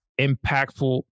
impactful